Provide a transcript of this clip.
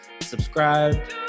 subscribe